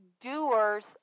doers